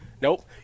Nope